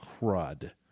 crud